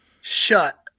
shut